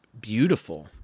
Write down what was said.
beautiful